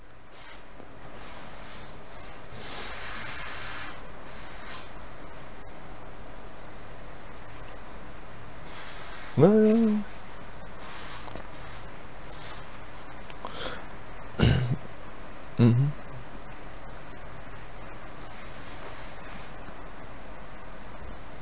ya ya ya mmhmm